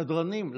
סדרנים,